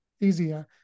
easier